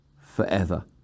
forever